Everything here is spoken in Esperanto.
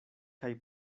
kaj